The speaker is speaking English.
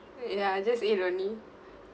ya just eat only